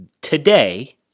today